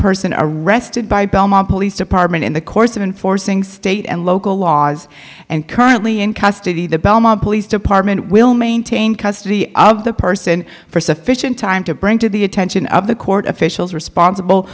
person arrested by belmont police department in the course of enforcing state and local laws and currently in custody the belmont police department will maintain custody of the person for sufficient time to bring to the attention of the court officials responsible